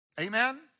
Amen